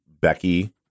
Becky